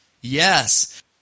Yes